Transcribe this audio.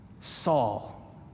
Saul